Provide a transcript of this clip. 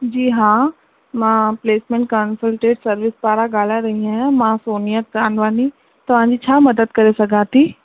जी हा मां placement consultant service पारां ॻाल्हाए रही आहियां मां सोनिया कांगवानी तव्हां जी छा मदद करे सघां थी